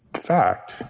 fact